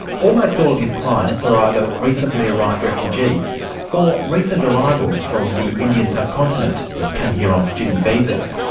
almost all of his clients are either recently arrived refugees or recent arrivals from the indian subcontinent who have come here on student visas.